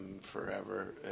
forever